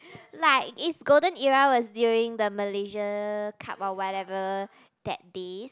like it's golden era was during the Malaysian Cup or whatever that days